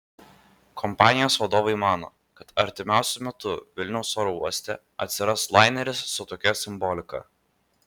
kompanijos vadovai mano kad artimiausiu metu vilniaus oro uoste atsiras laineris su tokia simbolika